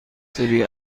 سری